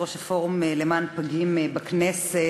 כיושבת-ראש הפורום למען פגים בכנסת,